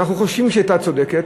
ואנחנו חושבים שהיא הייתה צודקת,